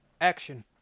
action